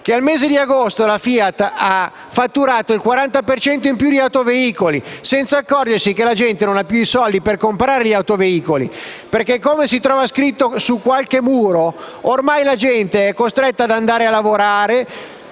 Nel mese di agosto la FIAT ha fatturato il 40 per cento in più di autoveicoli senza accorgersi che la gente non ha più i soldi per comprare gli autoveicoli perché, come si trova scritto su qualche muro, ormai la gente è costretta ad andare a lavorare